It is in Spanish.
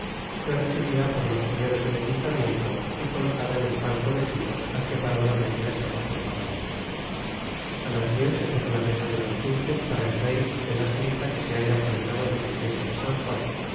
fué recibida por los señores del ayuntamiento y colocada en el palco vecino al que para la reina estaba preparado a las diez se puso la mesa de los dulces para el rey en la salita que se halla por el lado de la iglesia de san juan